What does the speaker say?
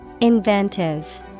Inventive